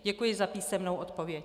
Děkuji za písemnou odpověď.